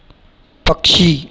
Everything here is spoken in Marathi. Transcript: पक्षी